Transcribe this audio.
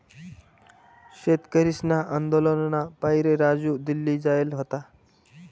शेतकरीसना आंदोलनना पाहिरे राजू दिल्ली जायेल व्हता